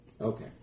Okay